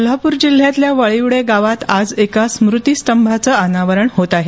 कोल्हापूर जिल्ह्यातल्या वळिवडे गावात आज एका स्मृतीस्तंभाचं अनावरण होतं आहे